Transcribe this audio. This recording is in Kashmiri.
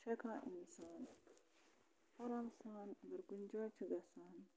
چھُ ہٮ۪کان اِنسان آرام سان اگر کُنہِ جایہِ چھِ گژھان